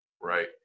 Right